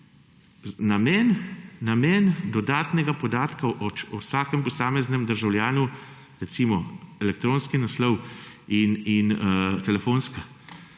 Namen dodatnega podatka o vsakem posameznem državljanu, recimo elektronski naslov in telefonska